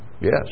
Yes